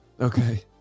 Okay